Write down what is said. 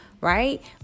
right